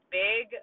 big